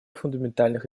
фундаментальных